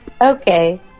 Okay